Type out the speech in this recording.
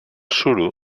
suro